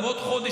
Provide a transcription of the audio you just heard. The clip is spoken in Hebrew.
תבוא בעוד חודש,